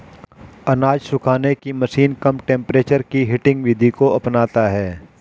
अनाज सुखाने की मशीन कम टेंपरेचर की हीटिंग विधि को अपनाता है